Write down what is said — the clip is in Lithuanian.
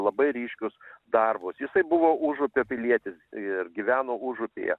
labai ryškius darbus jisai buvo užupio pilietis ir gyveno užupyje